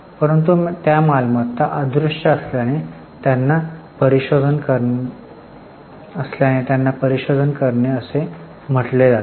परंतु त्या मालमत्ता अदृश्य असल्याने त्यांना परिशोधन करणे असे म्हटले जाते